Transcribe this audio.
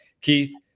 Keith